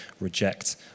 reject